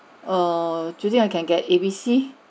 err do you think I can get A B C